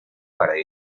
para